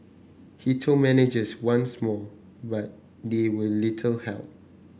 he told managers once more but they were little help